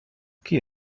qui